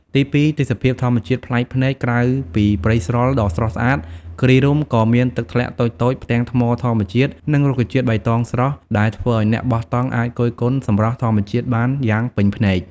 ទីពីរ ទេសភាពធម្មជាតិប្លែកភ្នែក ក្រៅពីព្រៃស្រល់ដ៏ស្រស់ស្អាត គិរីរម្យក៏មានទឹកធ្លាក់តូចៗ ផ្ទាំងថ្មធម្មជាតិ និងរុក្ខជាតិបៃតងស្រស់ ដែលធ្វើឲ្យអ្នកបោះតង់អាចគយគន់សម្រស់ធម្មជាតិបានយ៉ាងពេញភ្នែក។